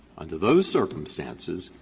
under those circumstances,